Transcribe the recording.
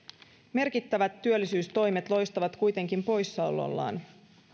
merkittävät työllisyystoimet loistavat kuitenkin poissaolollaan